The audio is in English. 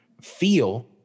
feel